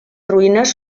ruïnes